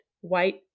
white